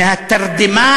מהתרדמה.